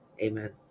Amen